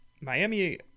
Miami